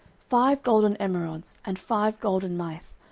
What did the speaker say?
five golden emerods, and five golden mice,